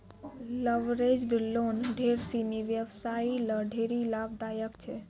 leveraged loan ढेर सिनी व्यवसायी ल ढेरी लाभदायक छै